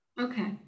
Okay